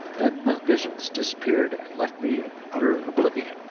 then the visions disappeared and left me in utter oblivion.